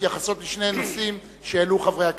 המתייחסות לשני נושאים שהעלו חברי הכנסת: